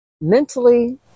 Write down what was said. mentally